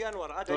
מינואר ועד היום,